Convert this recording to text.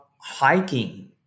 hiking